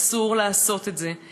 אסור, אסור לעשות את זה.